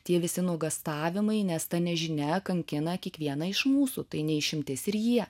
tie visi nuogąstavimai nes ta nežinia kankina kiekvieną iš mūsų tai ne išimtis ir jie